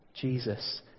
Jesus